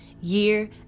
year